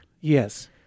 Yes